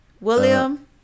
William